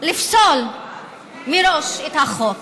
לפסול מראש את החוק,